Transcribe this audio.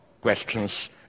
questions